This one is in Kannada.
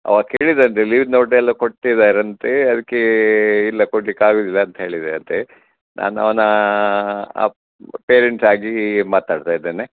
ಅವ ಕೇಳಿದ ಅಂತೆ ಲೀವ್ ನೋಟೆಲ್ಲ ಕೊಟ್ಟಿದ್ದಾರಂತೆ ಅದ್ಕೆ ಇಲ್ಲ ಕೊಡ್ಲಿಕ್ಕೆ ಆಗೋದಿಲ್ಲ ಅಂತ ಹೇಳಿದ್ದೀರಂತೆ ನಾನು ಅವ್ನ ಅಪ್ಪ ಪೇರೆಂಟಾಗಿ ಮಾತಾಡ್ತಾ ಇದ್ದೇನೆ